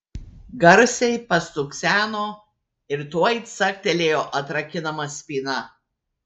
garsiai pastukseno ir tuoj caktelėjo atrakinama spyna